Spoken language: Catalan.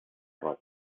roig